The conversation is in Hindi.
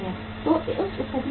तो उस स्थिति में क्या होगा